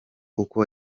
uko